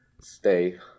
stay